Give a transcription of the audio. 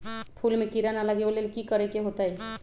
फूल में किरा ना लगे ओ लेल कि करे के होतई?